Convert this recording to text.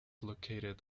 located